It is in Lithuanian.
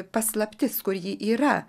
paslaptis kur ji yra